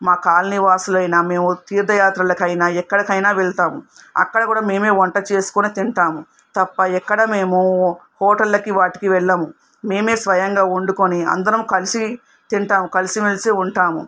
మా కాలనీవాసులైన మేము తీర్థయాత్రల కైనా ఎక్కడైకైనా వెళతాం అక్కడ కూడా మేమే వంట చేసుకుని తింటాం తప్ప ఎక్కడ మేము హోటల్లకి వాటికి వెళ్ళము మేమే స్వయంగా వండుకొని అందరూ కలసి తింటాము కలిసి మెలిసి ఉంటాం